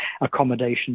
accommodation